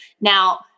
Now